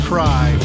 Cry